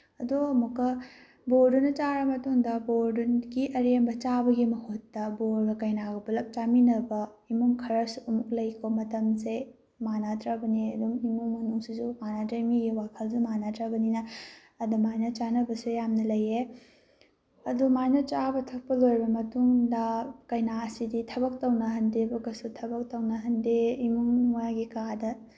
ꯑꯗꯣ ꯑꯃꯨꯛꯀ ꯕꯣꯔꯗꯨꯅ ꯆꯥꯔ ꯃꯇꯨꯡꯗ ꯕꯣꯔꯗꯨꯒꯤ ꯑꯔꯦꯝꯕ ꯆꯥꯕꯒꯤ ꯃꯍꯨꯠꯇ ꯕꯣꯔꯒ ꯀꯩꯅꯥꯒ ꯄꯨꯂꯞ ꯆꯥꯃꯤꯟꯅꯕ ꯏꯃꯨꯡ ꯈꯔꯁꯨ ꯑꯃꯨꯛ ꯂꯩꯀꯣ ꯃꯇꯝꯁꯦ ꯃꯥꯟꯅꯗ꯭ꯔꯕꯅꯤ ꯑꯗꯨꯝ ꯏꯃꯨꯡ ꯃꯅꯨꯡꯁꯤꯁꯨ ꯃꯥꯟꯅꯗ꯭ꯔꯦ ꯃꯤꯒꯤ ꯋꯥꯈꯜꯁꯨ ꯃꯥꯟꯅꯗ꯭ꯔꯕꯅꯤꯅ ꯑꯗꯨꯃꯥꯏꯅ ꯆꯥꯅꯕꯁꯨ ꯌꯥꯝꯅ ꯂꯩꯌꯦ ꯑꯗꯨꯃꯥꯏꯅ ꯆꯥꯕ ꯊꯛꯄ ꯂꯣꯏꯔꯕ ꯃꯇꯨꯡꯗ ꯀꯩꯅꯥꯁꯤꯗꯤ ꯊꯕꯛ ꯇꯧꯅꯍꯟꯗꯦꯕ ꯀꯩꯁꯨ ꯊꯕꯛ ꯇꯧꯅꯍꯟꯗꯦ ꯏꯃꯨꯡ ꯃꯥꯒꯤ ꯀꯥꯗ